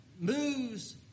moves